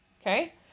Okay